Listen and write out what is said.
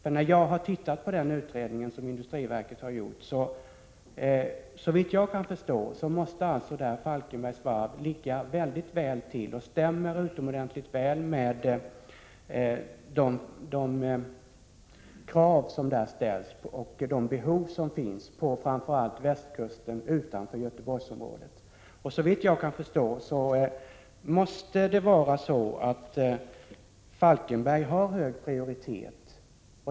Såvitt jag kan förstå måste varvet i Falkenberg enligt den undersökning som industriverket gjort ligga mycket bra till — varvet fyller utomordentligt väl de krav som ställs och svarar mot de behov som finns framför allt på västkusten, utanför Göteborgsområdet. Det måste enligt min uppfattning vara så att varvet i Falkenberg har hög prioritet.